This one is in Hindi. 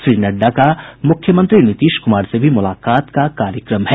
श्री नड्डा का मुख्यमंत्री नीतीश कुमार से भी मुलाकात का कार्यक्रम है